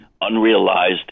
unrealized